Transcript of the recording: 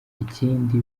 ikindi